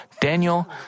Daniel